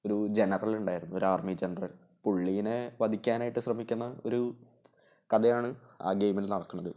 ഒരു ജനറൽ ഉണ്ടായിരുന്നു ഒരു ആർമി ജനറൽ പുള്ളിയെ വധിക്കാനായിട്ട് ശ്രമിക്കുന്ന ഒരു കഥയാണ് അ ഗെയിമിൽ നടക്കുന്നത്